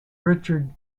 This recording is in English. richard